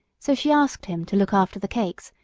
so she asked him to look after the cakes,